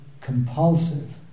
compulsive